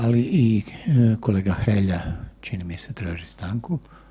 Ali i kolega Hrelja čini mi se traži stanku.